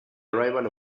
arrival